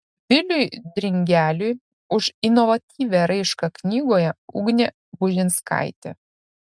viliui dringeliui už inovatyvią raišką knygoje ugnė bužinskaitė